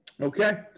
okay